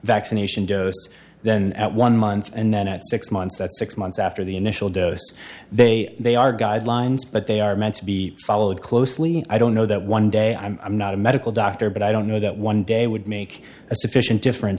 vaccination dose then at one month and then at six months that six months after the initial dose they they are guidelines but they are meant to be followed closely i don't know that one day i'm not a medical doctor but i don't know that one day would make a sufficient differen